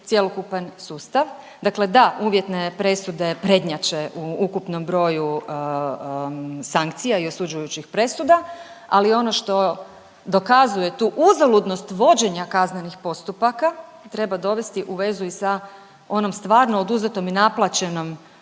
cjelokupan sustav. Dakle, da uvjetne presude prednjače u ukupnom broju sankcija i osuđujućih presuda, ali ono što dokazuje tu uzaludnost vođenja kaznenih postupaka treba dovesti u vezu i sa onom stvarno oduzetom i naplaćenom